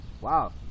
Wow